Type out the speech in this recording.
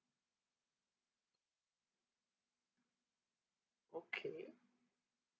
okay